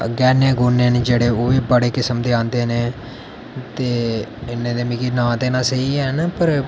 गैह्ने न ओह्बी बड़े किस्म दे आंदे न ते इन्ने मिगी नांऽ ते निं स्हेई हैन पर